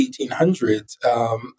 1800s